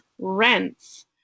rents